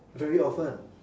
very often